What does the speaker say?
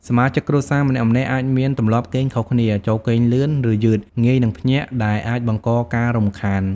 សមាជិកគ្រួសារម្នាក់ៗអាចមានទម្លាប់គេងខុសគ្នា ចូលគេងលឿន ឬយឺត ងាយនឹងភ្ញាក់ ដែលអាចបង្កការរំខាន។